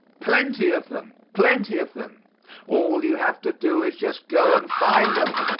plenty of them, plenty of them all you have to do is just go and find them,